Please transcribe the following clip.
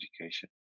education